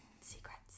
Secrets